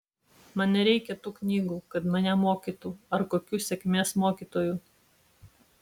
man nereikia tų knygų kad mane mokytų ar kokių sėkmės mokytojų